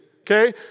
okay